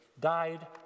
died